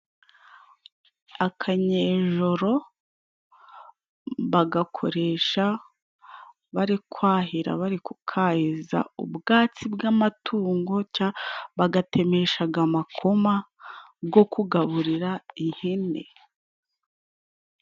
Akanyejoro bagakoresha bari kwahira bari kukahiza ubwatsi bw' amatungo cangwa bagatemeshaga amakoma bwo kugaburira ihene.